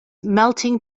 melting